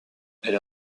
elle